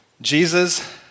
Jesus